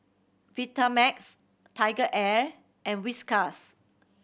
Vitamix TigerAir and Whiskas